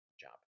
job